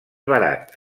barat